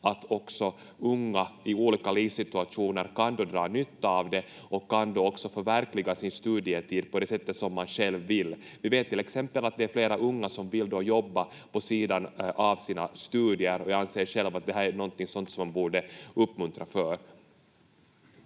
att unga i olika livssituationer kan dra nytta av den och också förverkliga sin studietid på det sätt som man själv vill. Vi vet till exempel att det är flera unga som vill jobba på sidan av sina studier, och jag anser själv att det här är någonting sådant som vi borde uppmuntra till.